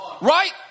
Right